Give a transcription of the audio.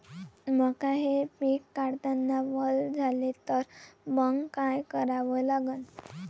मका हे पिक काढतांना वल झाले तर मंग काय करावं लागन?